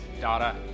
data